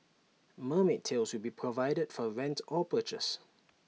mermaid tails will be provided for rent or purchase